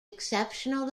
exceptional